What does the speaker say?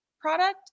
product